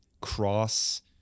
cross